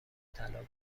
طلا